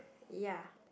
ya